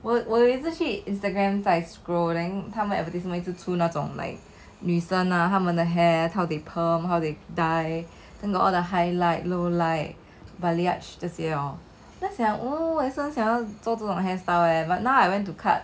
我我有一次去 instagram like scrolling 他们 advertisements 一直出那种 like 女生啊那他们的 hair how they perm how they dye then got all the highlight lowlight balayage 这些 hor 我在想 oh 我也是想做这种 hair style leh but now I went to cut